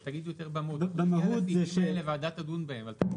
אבל תגיד יותר במהות שלהם והוועדה תדון בהם.